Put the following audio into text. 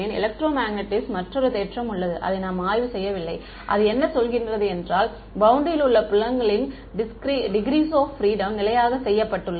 எலெக்ட்ரோமேக்னெட்டிக்ஸில் மற்றொரு தேற்றம் உள்ளது அதை நாம் ஆய்வு செய்யவில்லை அது என்ன சொல்கின்றது என்றால் பௌண்டரியில் உள்ள புலங்களின் டிகிரீஸ் ஆப் பிரீடம் நிலையாக செய்யப்பட்டது